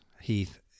Heath